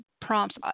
prompts